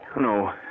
No